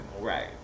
Right